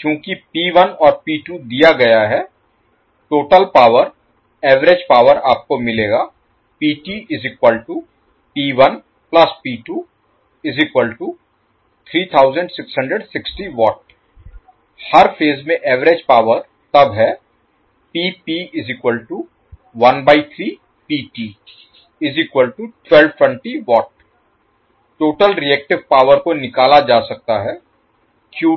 चूंकि P 1 और P 2 दिया गया है टोटल पावर एवरेज पावर आपको मिलेगा हर फेज में एवरेज पावर तब है टोटल रिएक्टिव पावर को निकाला जा सकता है तो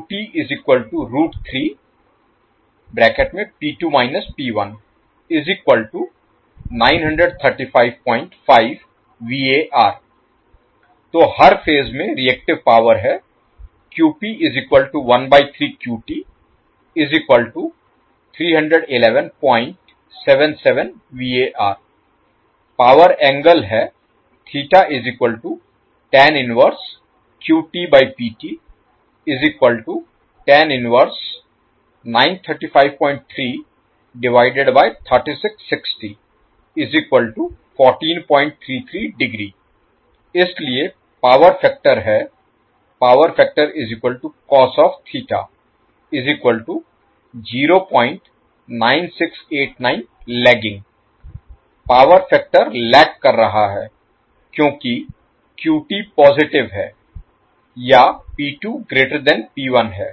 हर फेज में रिएक्टिव पावर है पावर एंगल है इसलिए पावर फैक्टर है पावर फैक्टर लैग कर रहा है क्योंकि पॉजिटिव है या है